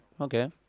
Okay